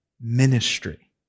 ministry